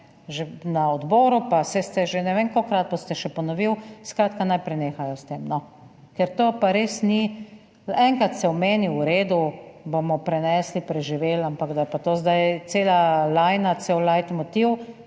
na odboru, pa saj ste že ne vem kolikokrat, pa ste še ponovil, skratka, naj prenehajo s tem no. Ker to pa res ni. Enkrat se o meni, v redu, bomo prenesli, preživeli, ampak da je pa to zdaj cela lajna, cel let motiv,